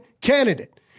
candidate